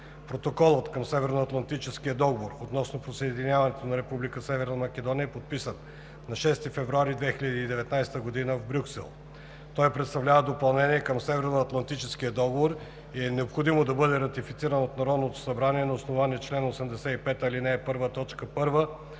Протоколът към Северноатлантическия договор относно присъединяването на Република Северна Македония е подписан на 6 февруари 2019 г. в Брюксел. Той представлява допълнение към Северноатлантическия договор и е необходимо да бъде ратифициран от Народното събрание на основание чл. 85, ал. 1,